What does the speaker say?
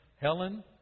Helen